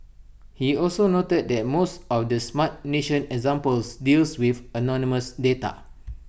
he also noted that most of the Smart Nation examples deal with anonymous data